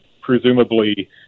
presumably